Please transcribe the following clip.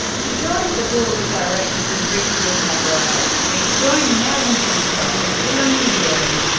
he joined the board of directors of ripcord networks, inc. joining ellen hancock, gil amelio,